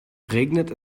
regnet